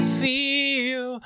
feel